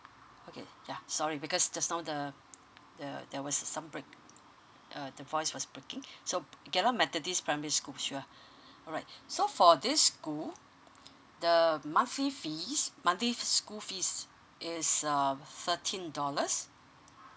okay yeah sorry because just now the the there was some break uh the voice was breaking so geylang methodist primary school sure alright so for this school the monthly fees the monthly school fees is um thirteen dollars